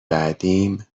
بعدیم